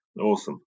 Awesome